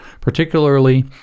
particularly